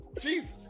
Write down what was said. jesus